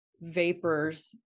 vapors